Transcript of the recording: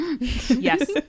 Yes